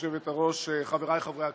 היושבת-ראש, חבריי חברי הכנסת,